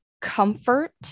comfort